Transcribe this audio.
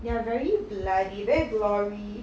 they are very bloody very gory